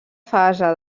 fase